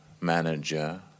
manager